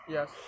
Yes